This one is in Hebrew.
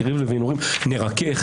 את יריב לוין אומרים: נרכך,